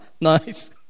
nice